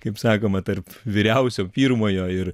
kaip sakoma tarp vyriausio pirmojo ir